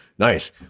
Nice